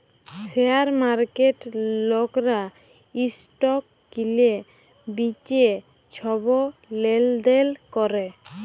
share মার্কেটে লকরা stock কিলে বিঁচে ছব লেলদেল ক্যরে